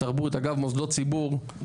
אגב מוסדות ציבור,